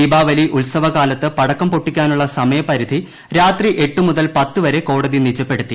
ദീപാവലി ഉത്സവ കാലത്ത് പടക്കം പൊട്ടിക്കാനുള്ള സമയപ്പത്ത്ധി രാത്രി എട്ട് മുതൽ പത്തുവരെ കോടതി നിജപ്പെടുത്തി